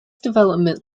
development